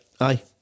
Aye